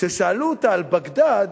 כששאלו אותה על בגדד